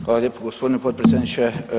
Hvala lijepo gospodine potpredsjedniče.